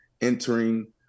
entering